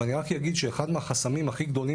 אבל אני רק אגיד שאחד החסמים הכי גדולים